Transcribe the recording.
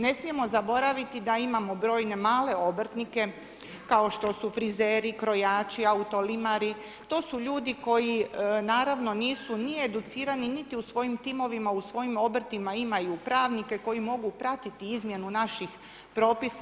Ne smijemo zaboraviti da imamo brojne male obrtnike kao što su frizeri, krojaći, autolimari, to su ljudi koji naravno nisu ni educirani niti u svojim timovima, u svojim obrtima imaju pravnike koji mogu pratiti izmjenu naših propisa.